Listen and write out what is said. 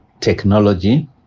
technology